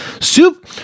soup